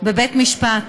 בבית-משפט